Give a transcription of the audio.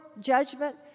judgment